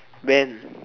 when